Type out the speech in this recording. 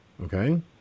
Okay